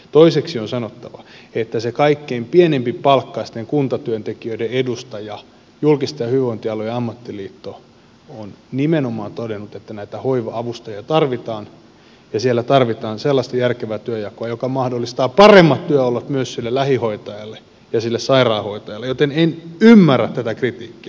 toiseksi on sanottava että se kaikkien pienempipalkkaisten kuntatyöntekijöiden edustaja julkisten ja hyvinvointialojen liitto on nimenomaan todennut että näitä hoiva avustajia tarvitaan ja siellä tarvitaan sellaista järkevää työnjakoa joka mahdollistaa paremmat työolot myös sille lähihoitajalle ja sille sairaanhoitajalle joten en ymmärrä tätä kritiikkiä